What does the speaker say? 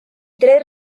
tres